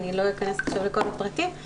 אני לא אכנס עכשיו לכל הפרטים,